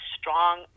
strong